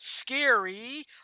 scary